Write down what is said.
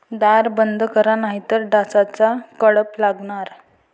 दार बंद करा नाहीतर डासांचा कळप लागणार